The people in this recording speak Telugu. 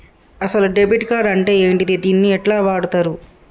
అసలు డెబిట్ కార్డ్ అంటే ఏంటిది? దీన్ని ఎట్ల వాడుతరు?